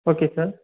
okay sir